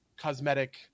cosmetic